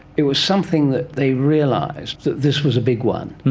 it was something that they realised that this was a big one,